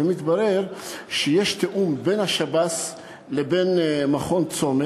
ומתברר שיש תיאום בין השב"ס לבין מכון צומת,